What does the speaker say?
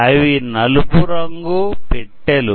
అవి నలుపు రంగు పెట్టెలు